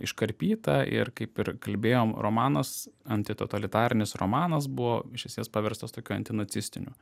iškarpyta ir kaip ir kalbėjom romanas antitotalitarinis romanas buvo iš esės paverstas tokiu antinacistiniu